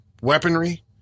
weaponry